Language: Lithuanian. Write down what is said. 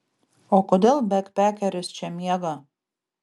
o kodėl bekpekeris čia miega